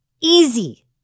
easy